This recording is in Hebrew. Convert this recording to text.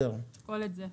נשקול את זה.